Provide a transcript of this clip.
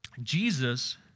Jesus